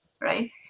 right